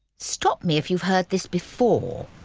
stop me if you've heard this before.